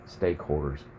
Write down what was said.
stakeholders